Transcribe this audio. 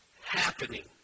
happening